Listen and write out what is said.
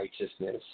righteousness